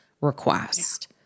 request